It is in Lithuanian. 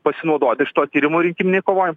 pasinaudoti šituo tyrimu rinkiminėj kovoj